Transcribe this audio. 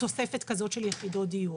תוספת כזאת של יחידות דיור.